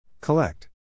Collect